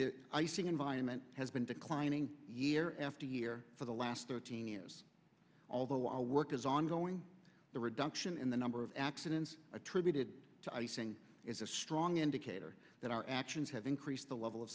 the icing environment has been declining year after year for the last thirteen years although our work is ongoing the reduction in the number of accidents attributed to icing is a strong indicator that our actions have increased the level of